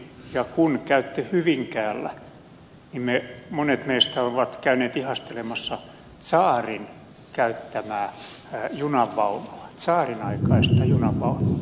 ja hyvinkäällä käydessään monet meistä ovat käyneet ihastelemassa tsaarin käyttämää junanvaunua tsaarinaikaista junanvaunua